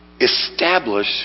establish